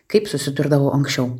kaip susidurdavau anksčiau